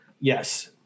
Yes